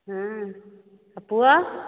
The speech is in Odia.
ହଁ ଆଉ ପୁଅ